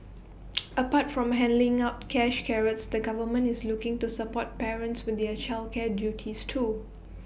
apart from handing out cash carrots the government is looking to support parents with their childcare duties too